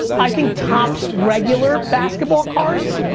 i think topps regular basketball cards,